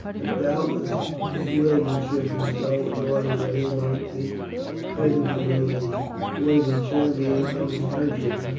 and doubtless they willed it should be so in order that he might be fitted to be a worthy champion of his country,